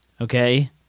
okay